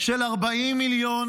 של 40 מיליון